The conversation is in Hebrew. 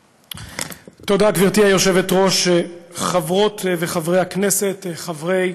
תודה, גברתי היושבת-ראש, חברות וחברי הכנסת, חברי